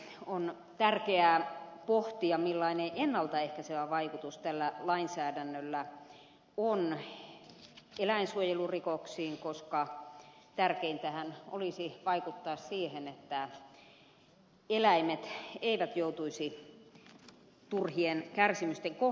on tärkeää pohtia millainen ennalta ehkäisevä vaikutus tällä lainsäädännöllä on eläinsuojelurikoksiin koska tärkeintähän olisi vaikuttaa siihen että eläimet eivät joutuisi turhien kärsimysten kohteeksi